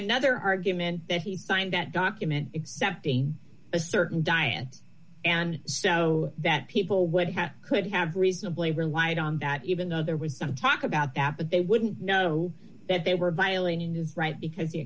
another argument that he signed that document accepting a certain diet and so that people would have could have reasonably relied on that even though there was some talk about that but they wouldn't know that they were